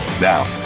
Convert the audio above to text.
Now